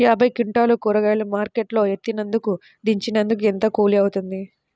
యాభై క్వింటాలు కూరగాయలు మార్కెట్ లో ఎత్తినందుకు, దించినందుకు ఏంత కూలి అవుతుంది?